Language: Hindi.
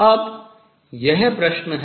अब यह प्रश्न है